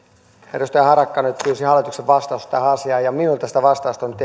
edustaja harakka nyt pyysi hallituksen vastausta tähän asiaan ja minulta sitä vastausta ei nyt